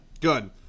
Good